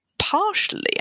partially